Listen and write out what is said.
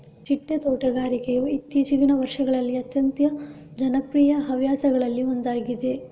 ಚಿಟ್ಟೆ ತೋಟಗಾರಿಕೆಯು ಇತ್ತೀಚಿಗಿನ ವರ್ಷಗಳಲ್ಲಿ ಅತ್ಯಂತ ಜನಪ್ರಿಯ ಹವ್ಯಾಸಗಳಲ್ಲಿ ಒಂದಾಗಿದೆ